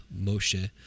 Moshe